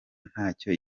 ntacyo